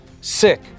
sick